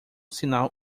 sinal